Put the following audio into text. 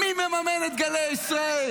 מי מממן את גלי ישראל?